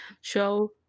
show